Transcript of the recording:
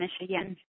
Michigan